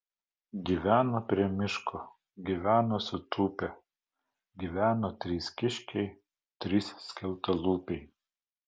gyveno prie miško gyveno sutūpę gyveno trys kiškiai trys skeltalūpiai